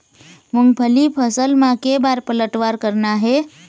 मूंगफली फसल म के बार पलटवार करना हे?